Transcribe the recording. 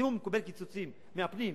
אז אם הוא מקבל קיצוצים מהפנים,